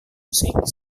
musik